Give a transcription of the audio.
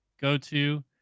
go-to